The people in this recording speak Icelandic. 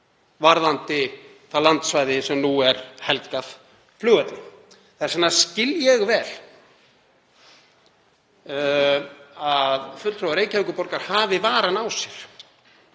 varðandi það landsvæði sem nú er helgað flugvelli. Þess vegna skil ég vel að fulltrúar Reykjavíkurborgar hafi varann á sér